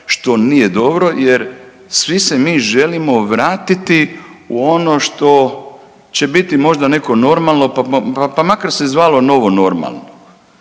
što nije dobro, jer svi se mi želimo vratiti u ono što će biti možda neko normalno, pa makar se zvalo novo normalno.